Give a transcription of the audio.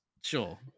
Sure